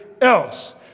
else